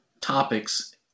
topics